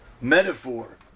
metaphor